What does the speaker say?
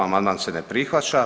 Amandman se ne prihvaća.